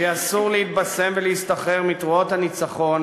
כי אסור להתבסם ולהסתחרר מתרועות הניצחון